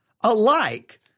alike